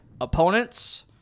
opponents